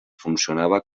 funcionava